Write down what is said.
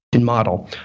model